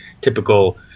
typical